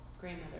grandmother